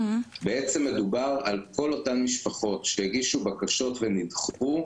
בעצם מדובר על כל אותן משפחות שהגישו בקשות ונדחו,